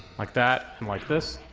like that, and like this.